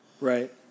Right